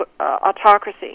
autocracy